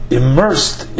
immersed